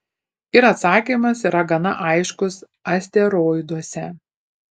ir atsakymas yra gana aiškus asteroiduose